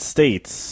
States